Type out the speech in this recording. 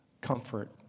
comfort